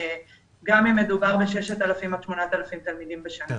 גם אם מדובר ב-6,000 עד 8,000 תלמידים בשנה.